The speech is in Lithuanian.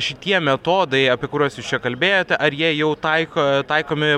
šitie metodai apie kuriuos jūs čia kalbėjote ar jie jau taiko taikomi